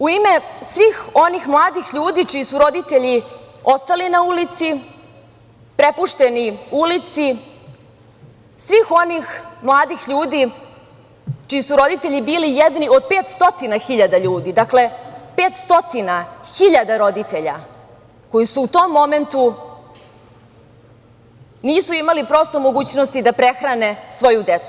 U ime svih onih mladih ljudi čiji su roditelji ostali na ulici, prepušteni ulici, svih onih mladih ljudi čiji su roditelji bili jedni od 500 hiljada ljudi, dakle, 500 hiljada roditelja koji su u tom momentu nisu imali prosto mogućnosti da prehrane svoju decu.